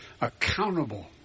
accountable